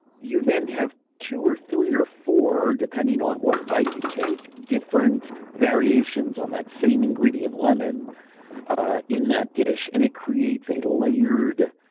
you then have two or three or four depending on what bite you take different variations on that same ingredient lemon in that dish. and it creates a layered